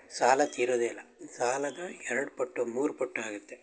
ಸಾಲ ತೀರೋದೆ ಇಲ್ಲ ಸಾಲದ ಎರಡು ಪಟ್ಟು ಮೂರು ಪಟ್ಟು ಆಗುತ್ತೆ